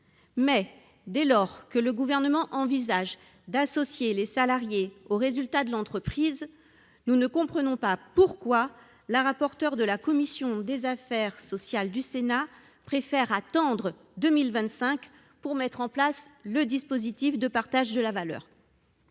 Mais, dès lors que le Gouvernement envisage d’associer les salariés aux résultats de l’entreprise, nous ne comprenons pas pourquoi la rapporteure de la commission des affaires sociales du Sénat préfère attendre 2025 pour mettre en place l’obligation de partage de la valeur.